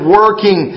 working